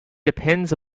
depends